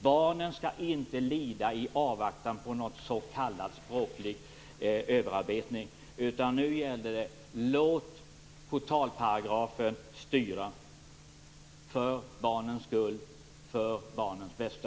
Barnen skall inte lida i avvaktan på någon s.k. språklig överarbetning. Låt portalparagrafen styra för barnens skull, för barnens bästa.